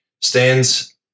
stands